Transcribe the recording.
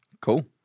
Cool